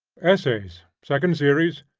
essays, second series,